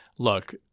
look